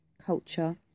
culture